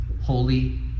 holy